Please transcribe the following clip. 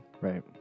Right